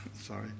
sorry